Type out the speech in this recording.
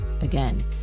again